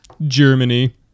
Germany